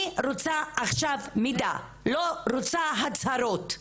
אני רוצה עכשיו מידע, לא רוצה הצהרות.